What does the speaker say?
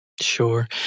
Sure